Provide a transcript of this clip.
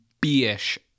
B-ish